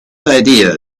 idea